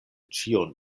ĉion